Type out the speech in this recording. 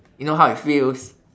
you know how it feels